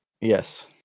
yes